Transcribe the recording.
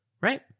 right